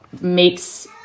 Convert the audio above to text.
makes